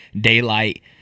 Daylight